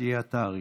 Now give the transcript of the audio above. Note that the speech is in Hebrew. תהיה אתה הראשון.